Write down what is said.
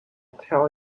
tell